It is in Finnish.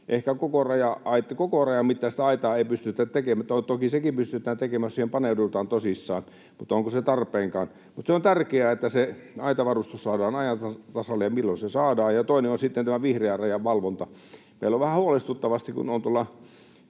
Ehkä koko rajan mittaista aitaa ei pystytä tekemään — tai toki sekin pystytään tekemään, jos siihen paneudutaan tosissaan, mutta onko se tarpeenkaan? Mutta on tärkeää, että se aitavarustus saadaan ajan tasalle, ja se, milloin se saadaan. Ja toinen on sitten tämä vihreän rajan valvonta. Meillä on vähän huolestuttavasti... Kun olen tuolla